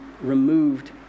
removed